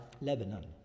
Lebanon